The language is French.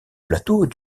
plateau